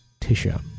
Tisha